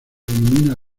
denomina